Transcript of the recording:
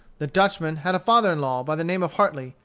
the dutchman had a father-in-law, by the name of hartley,